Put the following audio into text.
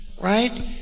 right